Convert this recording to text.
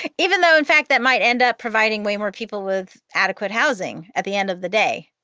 even though in fact, that might end up providing way more people with adequate housing at the end of the day.